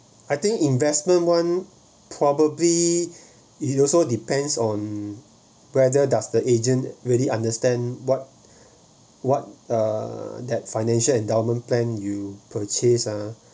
I think investment one probably it it also depends on whether does the agent really understand what what uh that financial endowment plan you purchase ah